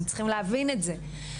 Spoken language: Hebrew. הם צריכים להבין את זה.